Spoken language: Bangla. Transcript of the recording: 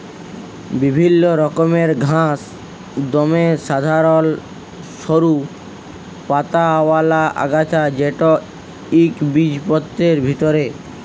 বিভিল্ল্য রকমের ঘাঁস দমে সাধারল সরু পাতাআওলা আগাছা যেট ইকবিজপত্রের ভিতরে